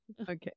Okay